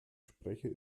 sprecher